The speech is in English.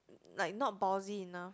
like not enough